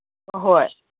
ꯍꯣꯏ